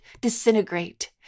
disintegrate